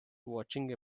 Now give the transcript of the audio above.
watching